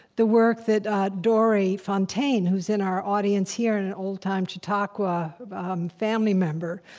the work that dorrie fontaine, who's in our audience here and an old-time chautauqua family member,